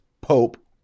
Pope